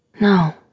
No